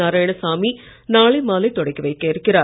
நாராயணசாமி நாளை மாலை தொடக்கி வைக்க இருக்கிறார்